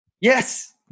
Yes